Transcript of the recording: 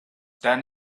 done